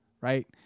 right